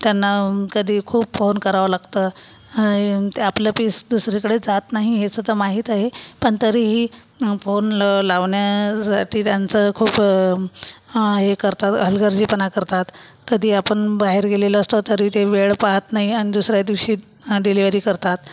त्यांना कधी खूप फोन करावं लागतं आपला पीस दुसरीकडे जात नाही हे सुद्धा माहीत आहे पण तरीही फोन लावण्यासाठी त्यांचं खूप हे करतात हलगर्जीपणा करतात कधी आपण बाहेर गेलेलं असतो तरी ते वेळ पाळत नाही अन् दुसऱ्या दिवशी डिलिवरी करतात